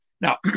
Now